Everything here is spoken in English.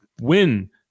win